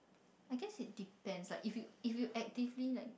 I guess it depends right if you if you actively like